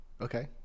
Okay